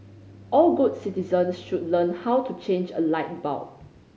all good citizens should learn how to change a light bulb